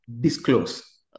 disclose